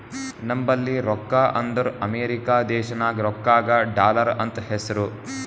ನಂಬಲ್ಲಿ ರೊಕ್ಕಾ ಅಂದುರ್ ಅಮೆರಿಕಾ ದೇಶನಾಗ್ ರೊಕ್ಕಾಗ ಡಾಲರ್ ಅಂತ್ ಹೆಸ್ರು